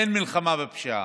אין מלחמה בפשיעה.